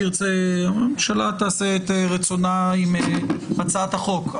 הממשלה תעשה את רצונה עם הצעת החוק.